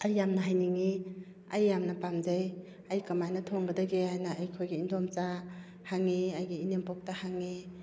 ꯑꯩ ꯌꯥꯝꯅ ꯍꯩꯅꯤꯡꯉꯤ ꯑꯩ ꯌꯥꯝꯅ ꯄꯥꯝꯖꯩ ꯑꯩ ꯀꯃꯥꯏꯅ ꯊꯣꯡꯒꯗꯒꯦ ꯍꯥꯏꯅ ꯑꯩꯈꯣꯏꯒꯤ ꯏꯗꯣꯝꯆꯥ ꯍꯪꯉꯤ ꯑꯩꯒꯤ ꯏꯅꯦꯝꯄꯣꯛ ꯍꯪꯉꯤ